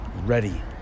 ready